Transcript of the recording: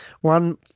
one